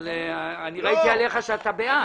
אבל ראיתי עליך שאתה בעד.